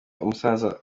umusaza